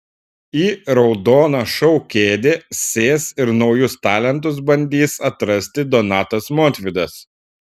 į raudoną šou kėdę sės ir naujus talentus bandys atrasti donatas montvydas